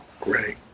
Great